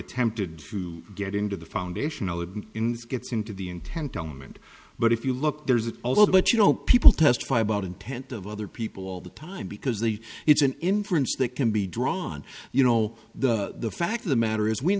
attempted to get into the foundational it gets into the intent on them and but if you look there's a little but you know people testify about intent of other people all the time because the it's an inference that can be drawn you know the fact of the matter is when